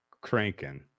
cranking